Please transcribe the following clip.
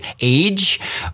age